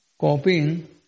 copying